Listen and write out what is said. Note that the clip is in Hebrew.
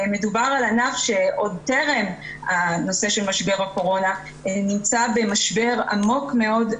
מדובר בענף שעוד טרם משבר הקורונה נמצא במשבר עמוק מאוד,